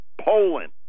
Poland